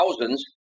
thousands